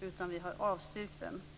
utan avstyrkt den.